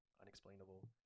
unexplainable